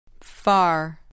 Far